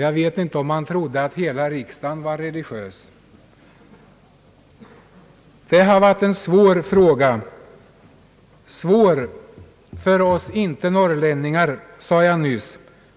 Jag vet inte om han trodde att hela riksdagen var religiös. Det har varit en svår fråga, svår för oss icke norrlänningar,